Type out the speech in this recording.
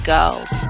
Girls